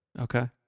Okay